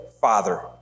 Father